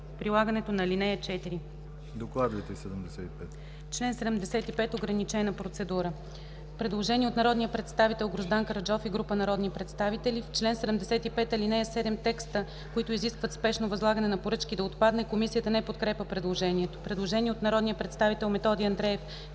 прилагането на ал. 4.” Член 75 – „Ограничена процедура”. Предложение от народния представител Гроздан Караджов и група народни представители: „В чл. 75, ал. 7 текстът „които изискват спешно възлагане на поръчка” да отпадне.” Комисията не подкрепя предложението. Предложение от народния представител Методи Андреев: